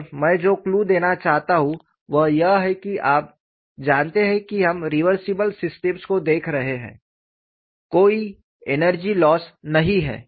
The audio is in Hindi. और मैं जो क्लू देना चाहता हूं वह यह है कि आप जानते हैं कि हम रिवर्सिबल सिस्टम्स को देख रहे हैं कोई एनर्जी लोस्स नहीं है